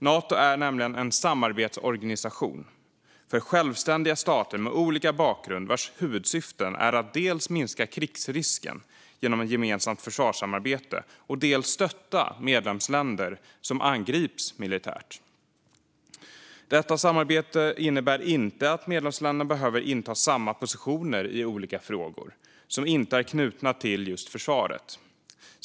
Nato är nämligen en samarbetsorganisation för självständiga stater med olika bakgrund vars huvudsyften är att dels minska krigsrisken genom gemensamt försvarssamarbete, dels stötta medlemsländer som angrips militärt. Detta samarbete innebär inte att medlemsländerna behöver inta samma positioner i olika frågor som inte är knutna till försvaret.